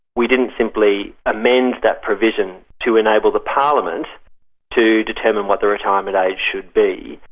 we didn't simply amend that provision to enable the parliament to determine what the retirement age should be,